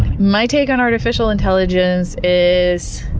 my take on artificial intelligence is,